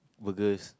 burgers